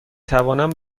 توانم